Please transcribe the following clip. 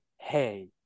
hey